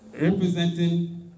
representing